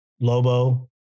Lobo